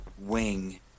wing